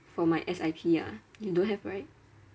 for my S_I_P ah you don't have right